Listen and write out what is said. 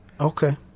Okay